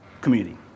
Community